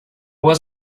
was